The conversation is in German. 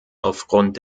aufgrund